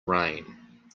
rain